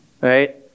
right